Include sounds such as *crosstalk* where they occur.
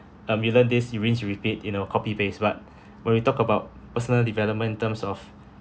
a million these you means to repeat you know copy paste but *breath* when we talk about personal development in terms of